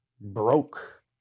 broke